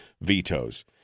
vetoes